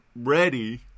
ready